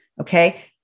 okay